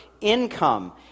income